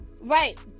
right